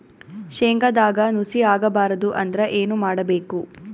ಶೇಂಗದಾಗ ನುಸಿ ಆಗಬಾರದು ಅಂದ್ರ ಏನು ಮಾಡಬೇಕು?